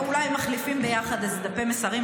אולי הם מחליפים יחד דפי מסרים,